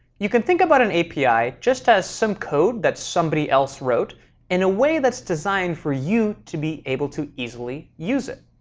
you can think about an api just as some code that somebody else wrote in a way that's designed for you to be able to easily use it.